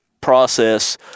process